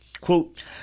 Quote